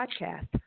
Podcast